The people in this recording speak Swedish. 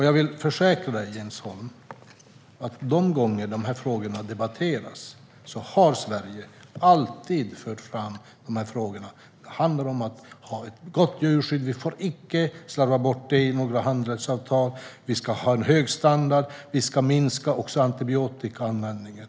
Jag vill försäkra dig, Jens Holm, om att de gånger de här frågorna har debatterats har Sverige alltid fört fram de här synpunkterna. Det handlar om att ha ett gott djurskydd - vi får icke slarva bort det i några handelsavtal. Vi ska ha en hög standard och minska antibiotikaanvändningen.